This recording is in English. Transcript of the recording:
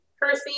Percy